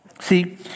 See